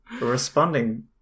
responding